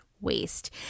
waste